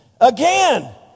again